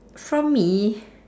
from me